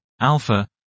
alpha